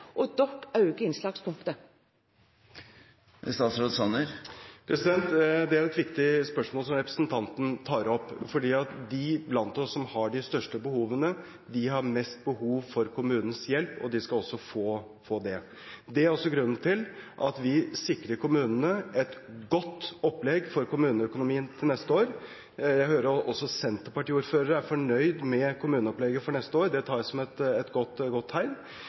Det er et viktig spørsmål som representanten tar opp. De blant oss som har de største behovene, har mest behov for kommunens hjelp – og de skal også få det. Det er også grunnen til at vi sikrer kommunene et godt opplegg for kommuneøkonomien til neste år. Jeg hører at også senterpartiordførere er fornøyd med kommuneopplegget for neste år. Det tar jeg som et godt tegn.